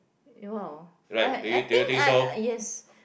no I I think I yes